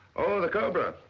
oh the cobra.